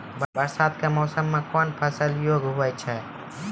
बरसात के मौसम मे कौन फसल योग्य हुई थी?